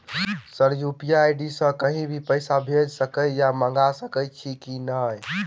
Sir UPI ID सँ कहि भी पैसा भेजि सकै या मंगा सकै छी की न ई?